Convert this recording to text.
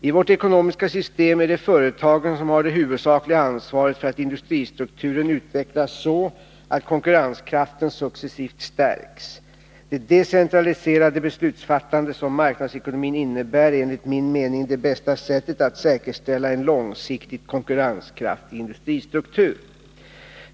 I vårt ekonomiska system är det företagen som har det huvudsakliga ansvaret för att industristrukturen utvecklas så att konkurrenskraften successivt stärks. Det decentraliserade beslutsfattande som marknadsekonomin innebär är enligt min mening det bästa sättet att säkerställa en långsiktigt konkurrenskraftig industristruktur.